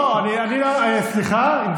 לא, סליחה.